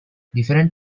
different